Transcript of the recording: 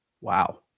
wow